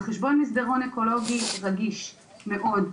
על חשבון מסדרון אקולוגי רגיש מאוד,